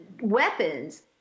weapons